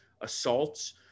assaults